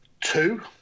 two